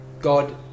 God